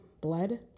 blood